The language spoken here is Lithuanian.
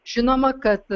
žinoma kad